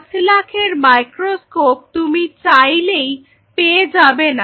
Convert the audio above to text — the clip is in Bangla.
পাঁচ লাখের মাইক্রোস্কোপ তুমি চাইলেই পেয়ে যাবে না